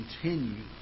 continue